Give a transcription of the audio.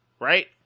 Right